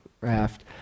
raft